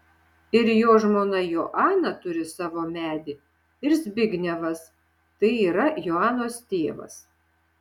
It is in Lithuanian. ir jo žmona joana turi savo medį ir zbignevas tai yra joanos tėvas